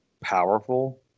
powerful